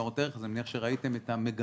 לניירות ערך אני מניח שראיתם את המגמה,